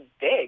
big